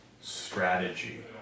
strategy